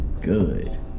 good